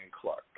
Clark